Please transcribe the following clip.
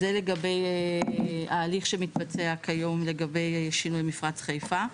זה לגבי ההליך שמתבצע כיום לגבי שינוי מפרץ חיפה.